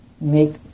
make